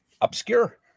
obscure